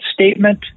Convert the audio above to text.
statement